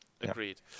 Agreed